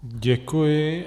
Děkuji.